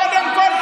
קודם כול,